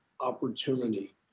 opportunity